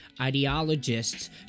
ideologists